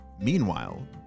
Meanwhile